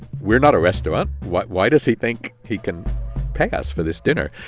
we're not a restaurant. why why does he think he can pay us for this dinner?